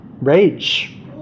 rage